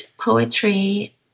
poetry